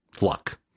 luck